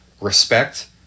respect